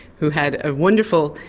who had a wonderful,